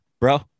bro